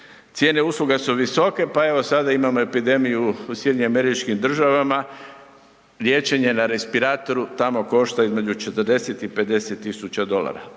Cijene usluga su visoke, pa evo sada imamo epidemiju u SAD-u, liječenje na respiratoru tamo košta između 40 i 50 000 dolara,